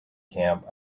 camp